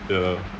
ya lah